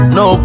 no